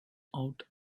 out